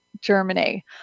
Germany